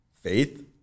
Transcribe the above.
faith